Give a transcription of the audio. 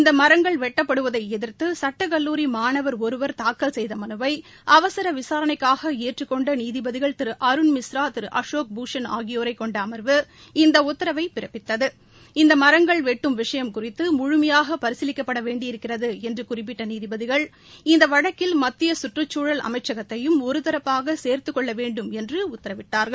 இந்த மரங்கள் வெட்டப்படுவதை எதிர்த்து சட்டக்கல்லூரி மாணவர் ஒருவர் தாக்கல் செய்த மனுவை அவசர விசாரணைக்காக ஏற்றுக்கொண்ட நீதிபதிகள் திரு அருண் மிஸ்ரா திரு அஷோக் பூஷண் ஆகியோரை கொண்ட அமா்வு இந்த உத்தரவை பிறப்பித்தது இந்த மரங்கள் வெட்டும் விஷயம் குறித்து முழுமையாக பரிசீலிக்கப்பட வேண்டியிருக்கிறது என்று குறிப்பிட்ட நீதிபதிகள் இந்த வழக்கில் மத்திய சுற்றுச்சூழல் அமைச்சகத்தையும் ஒருதரப்பாக சேர்துக்கொள்ள வேண்டும் என்று உத்தரவிட்டார்கள்